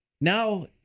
now